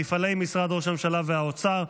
מפעלי משרד ראש הממשלה והאוצר,